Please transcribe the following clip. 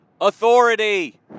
authority